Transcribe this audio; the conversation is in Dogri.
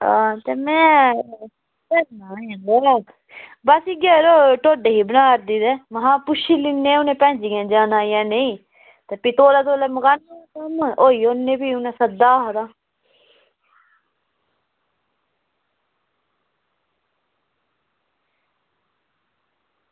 तां में केह् सनांऽ इयै यरो ढोडे ही बनादी ते में हां पुच्छी लैन्नी आं उनें भैन जी गी की जाना जां नेईं ते भी तोलै तोलै मुकानै आं होई आने आं भी उनें सद्दे दा हा